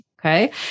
okay